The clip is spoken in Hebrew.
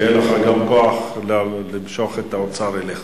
שיהיה לך כוח למשוך את האוצר אליך.